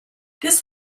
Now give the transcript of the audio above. this